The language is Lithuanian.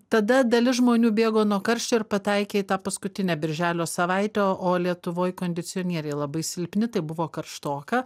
tada dalis žmonių bėgo nuo karščio ir pataikė į tą paskutinę birželio savaitę o o lietuvoj kondicionieriai labai silpni tai buvo karštoka